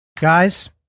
guys